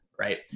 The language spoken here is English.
right